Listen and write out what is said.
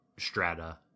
strata